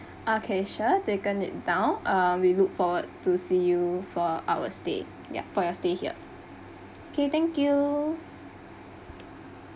okay sure taken it down uh we look forward to see you for our stay ya uh for your stay here okay thank you